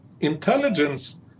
intelligence